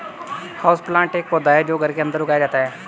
houseplant एक पौधा है जो घर के अंदर उगाया जाता है